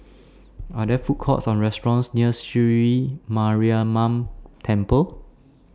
Are There Food Courts Or restaurants near Sri Mariamman Temple